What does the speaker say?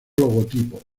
logotipo